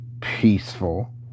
peaceful